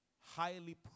highly